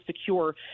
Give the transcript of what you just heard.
secure –